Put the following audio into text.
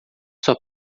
sua